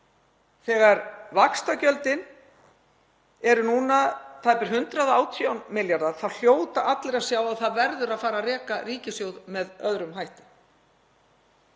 Þegar vaxtagjöldin eru núna tæpir 118 milljarðar þá hljóta allir að sjá að það verður að fara að reka ríkissjóð með öðrum hætti.